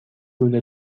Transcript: لوله